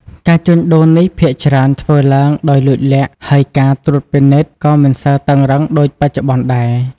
ការជួញដូរនេះភាគច្រើនធ្វើឡើងដោយលួចលាក់ ហើយការត្រួតពិនិត្យក៏មិនសូវតឹងរ៉ឹងដូចបច្ចុប្បន្នដែរ។